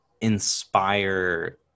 inspire